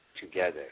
Together